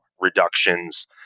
reductions